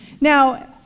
Now